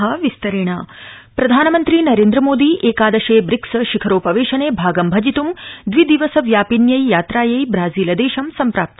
प्रधानमंत्री प्रधानमन्त्री नरेन्द्रमोदी एकादशे ब्रिक्स शिखरोपवेशने भागं भजित् दवि दिवस व्यापिन्यै यात्रायै ब्राजीलदेशं सम्प्राप्त